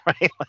right